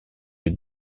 les